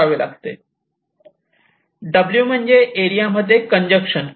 W म्हणजे एरियामध्ये congestion होय